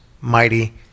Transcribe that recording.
mighty